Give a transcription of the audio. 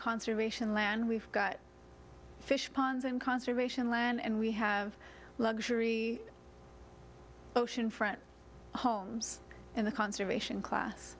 conservation land we've got fish ponds and conservation land and we have luxury oceanfront homes in the conservation class